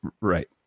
right